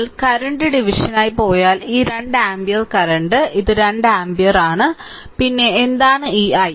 നിങ്ങൾ കറന്റ് ഡിവിഷനായി പോയാൽ ഈ രണ്ട് ആമ്പിയർ കറന്റ് ഇത് 2 ആമ്പിയർ കറന്റാണ് പിന്നെ എന്താണ് ഈ i